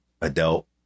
adult